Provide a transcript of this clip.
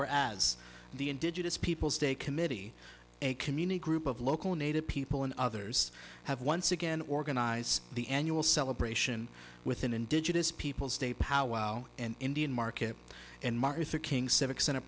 where as the indigenous peoples day committee a community group of local native people and others have once again organize the annual celebration within indigenous peoples state powell and indian market in martha king civic center